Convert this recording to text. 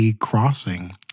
crossing